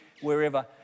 wherever